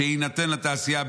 שיינתן לתעשייה,